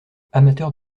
amateurs